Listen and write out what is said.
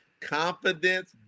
Confidence